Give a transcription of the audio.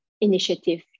initiative